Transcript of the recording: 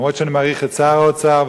אף שאני מעריך את שר האוצר,